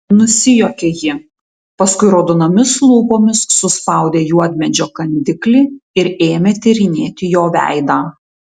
nusijuokė ji paskui raudonomis lūpomis suspaudė juodmedžio kandiklį ir ėmė tyrinėti jo veidą